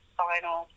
final